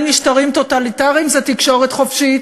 משטרים טוטליטריים הוא תקשורת חופשית,